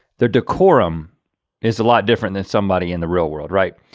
their decorum is a lot different than somebody in the real world right?